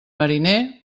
mariner